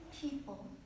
people